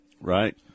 Right